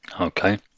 Okay